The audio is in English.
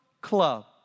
club